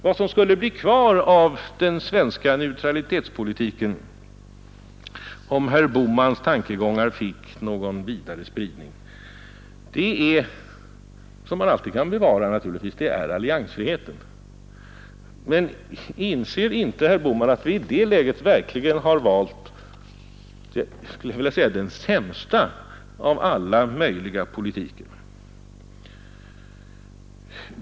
Vad som skulle bli kvar av den svenska neutralitetspolitiken om herr Bohmans tankegångar fick någon vidare spridning är alliansfriheten, som man naturligtvis alltid kan bevara. Men inser inte herr Bohman att man i det läget verkligen har valt den sämsta möjliga politiken?